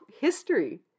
history